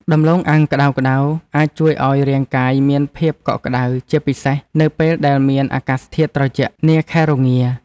ដំឡូងអាំងក្តៅៗអាចជួយឱ្យរាងកាយមានភាពកក់ក្តៅជាពិសេសនៅពេលដែលមានអាកាសធាតុត្រជាក់នាខែរងា។